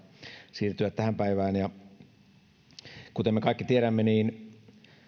siirtyä tähän päivään kuten me kaikki tiedämme niin